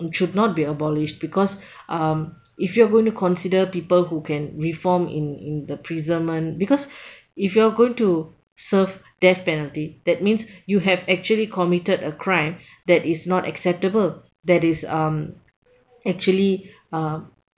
and should not be abolished because um if you are going to consider people who can reform in in the prisonment because if you are going to serve death penalty that means you have actually committed a crime that is not acceptable that is um actually uh